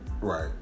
right